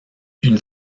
une